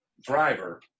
driver